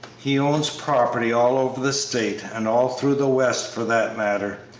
he owns property all over the state, and all through the west for that matter,